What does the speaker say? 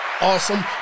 Awesome